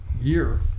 year